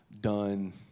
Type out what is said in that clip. done